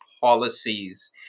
policies